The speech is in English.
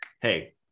hey